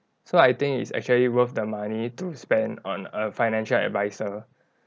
so I think it's actually worth the money to spend on a financial adviser